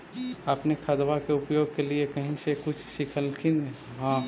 अपने खादबा के उपयोग के लीये कही से कुछ सिखलखिन हाँ?